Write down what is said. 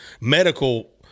medical